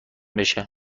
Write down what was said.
بشه